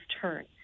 turn